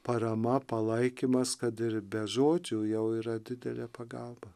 parama palaikymas kad ir be žodžių jau yra didelė pagalba